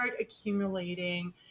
accumulating